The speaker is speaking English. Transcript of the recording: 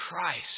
Christ